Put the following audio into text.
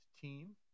team